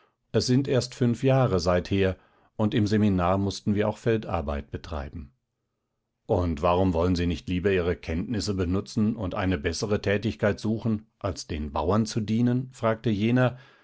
es sind erst fünf jahre seither und im seminar mußten wir auch feldarbeit betreiben und warum wollen sie nicht lieber ihre kenntnisse benutzen und eine bessere tätigkeit suchen als den bauern zu dienen fragte jener